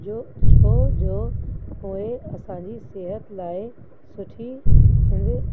जो छोजो पोइ असांजी सिहत लाइ सुठी ईंदी